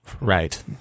right